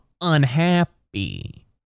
unhappy